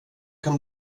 kan